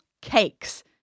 cakes